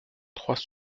trois